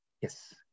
Yes